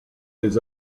des